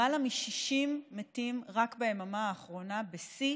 למעלה מ-60 מתים רק ביממה האחרונה, בשיא